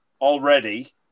already